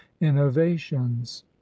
innovations